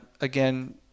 again